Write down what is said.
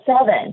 seven